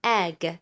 egg